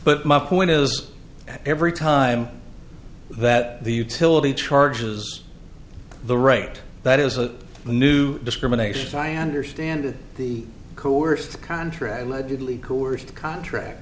but my point is every time that the utility charges the rate that is a new discriminations i understand the coerced contract